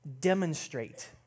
demonstrate